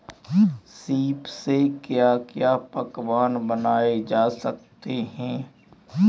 सीप से क्या क्या पकवान बनाए जा सकते हैं?